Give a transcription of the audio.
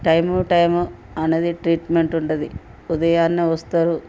time time అనేది treatment ఉంటుంది ఉదయాన్నే వస్తారు